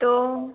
तो